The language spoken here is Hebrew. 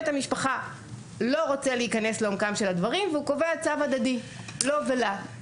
המשפחה לא רוצה להיכנס לעומקם של הדברים והוא קובע צו הדדי לו ולה,